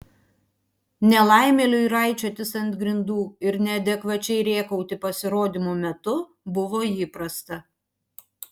nelaimėliui raičiotis ant grindų ir neadekvačiai rėkauti pasirodymų metu buvo įprasta